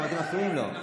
אתם מפריעים לו.